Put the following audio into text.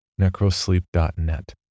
Necrosleep.net